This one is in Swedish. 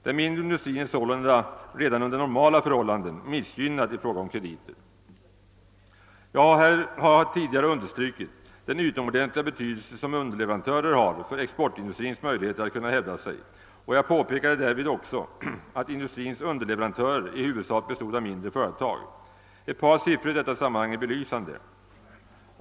Den mindre industrin är sålunda redan under normala förhållanden missgynnad i fråga om krediter. Jag har tidigare understrukit den utomordentliga betydelse som underleverantörer har för exportindustrins möjligheter att hävda sig, och jag påpekade därvid också att industrins underieverantörer i huvudsak bestod av mindre företag. Ett par siffror är i detta sammanhang belysande.